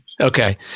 Okay